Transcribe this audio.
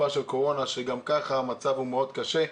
של קורונה שגם כך המצב הוא קשה מאוד.